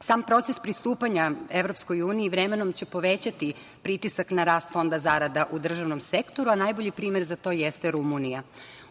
sam proces pristupanja EU vremenom će povećati pritisak na rast fonda zarada u državnom sektoru, a najbolji primer za to jeste Rumunija.